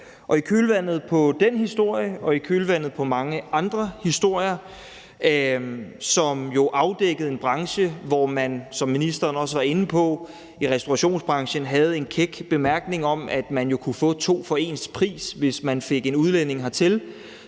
I kølvandet på den historie og i kølvandet på mange andre historier – som jo afdækkede en restaurationsbranche, hvor man, som ministeren også var inde på, havde en kæk bemærkning om, at man jo kunne få to for ens pris, hvis man fik en udlænding hertil,